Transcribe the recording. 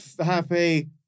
happy